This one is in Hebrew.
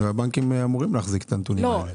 הבנקים אמורים להחזיק את הנתונים האלה.